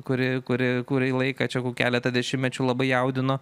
kuri kuri kurį laiką čia keletą dešimtmečių labai jaudino